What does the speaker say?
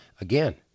Again